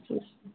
अच्छा अच्छा